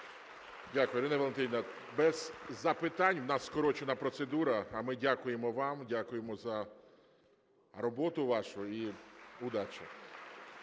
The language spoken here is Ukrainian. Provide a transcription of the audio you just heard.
Дякую. Ірино Валентинівно, без запитань, у нас скорочена процедура. А ми дякуємо вам, дякуємо за роботу вашу і удачі.